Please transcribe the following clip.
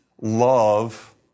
love